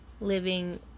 living